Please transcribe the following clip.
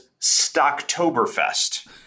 Stocktoberfest